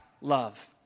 love